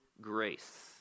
grace